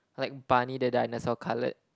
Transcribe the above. like Barney the Dinosaur coloured